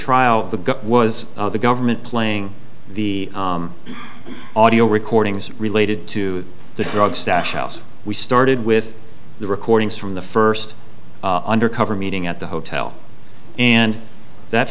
trial the guy was the government playing the audio recordings related to the drug stash house we started with the recordings from the first undercover meeting at the hotel and that